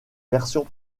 versions